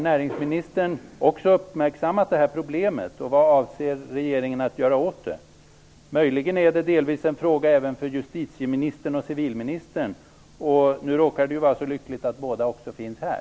Möjligen är det delvis en fråga även för justitieministern och civilministern, och det råkar nu vara så lyckligt att de båda också finns här.